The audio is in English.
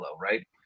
right